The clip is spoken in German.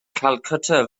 kalkutta